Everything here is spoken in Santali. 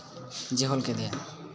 ᱡᱤᱦᱳᱞ ᱠᱮᱫᱮᱭᱟ